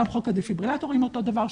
גם חוק הדפיברילטורים אותו דבר,